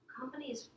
companies